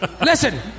Listen